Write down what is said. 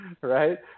right